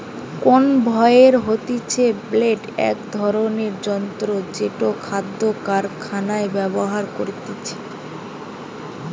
conveyor হতিছে belt এক ধরণের যন্ত্র জেটো খাদ্য কারখানায় ব্যবহার করতিছে